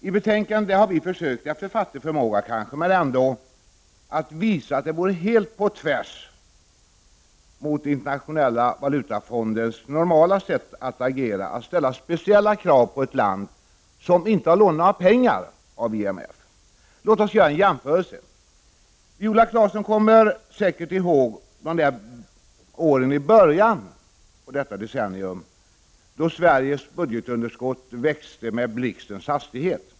I betänkandet har vi försökt — möjligen efter fattig förmåga — att visa att det vore helt emot Internationella valutafondens normala sätt att agera att ställa speciella krav på ett land som icke har lånat några pengar från organisationen. Låt oss göra en jämförelse. Viola Claesson kommer säkert ihåg de år i början på detta decennium då Sveriges budgetunderskott växte med blixtens hastighet.